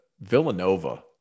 Villanova